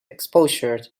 exposure